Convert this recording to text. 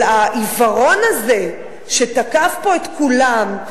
אבל העיוורון הזה שתקף פה את כולם,